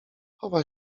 chowa